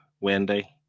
Wendy